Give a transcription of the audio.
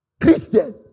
Christian